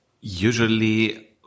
usually